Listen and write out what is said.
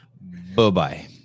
Bye-bye